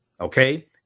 Okay